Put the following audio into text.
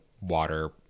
water